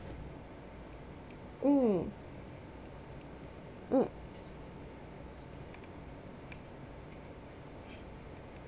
um uh